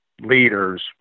leaders